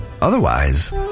Otherwise